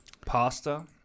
pasta